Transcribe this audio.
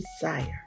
desire